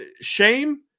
shame